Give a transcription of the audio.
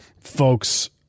folks